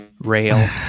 Rail